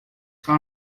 seu